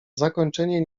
zakończenie